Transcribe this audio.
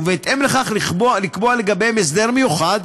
ובהתאם לכך לקבוע לגביהם הסדר מיוחד,